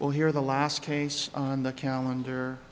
well here the last case on the calendar